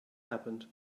happened